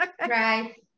Right